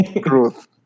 Growth